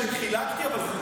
כמה כלי נשק חילקתי, אבל חוקי?